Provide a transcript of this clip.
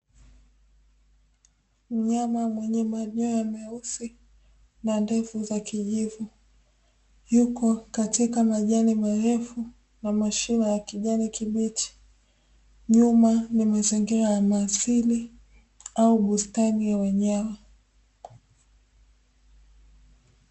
Mnyama mwenye manyoya meusi na ndevu za kijivu yuko katika majani marefu na mashua ya kijani kibichi nyuma ni mazingira ya yenye asili au bustani ya wanyama.